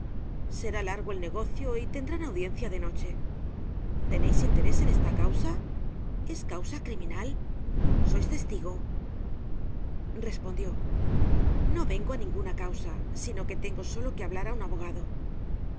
será largo el negocio y tendrán audiencia de noche teneis interés en esta causa es causa criminal sois testigo respondió no vengo á ninguna causa sino que tengo solo que hablar á un abogado